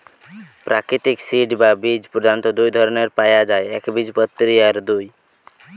প্রাকৃতিক সিড বা বীজ প্রধাণত দুটো ধরণের পায়া যায় একবীজপত্রী আর দুই